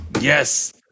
Yes